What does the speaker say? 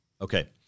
okay